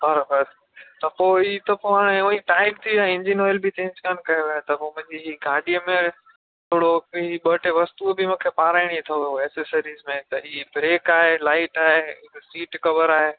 हा बसि त पोइ हीअ त पऐ हाणे हूंअंई टाईट थी वियो आहे इंजन ऑईल बि चेंज कोन्ह कयो आहे त पोइ मुंहिंजी ही गाॾीअ में थोरो हीअ ॿ टे वस्तू बि मूंखे पाराइणी अथव एसेसरीज में त हीअ ब्रेक आहे लाईट आहे सीट कवर आहे